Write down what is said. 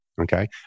Okay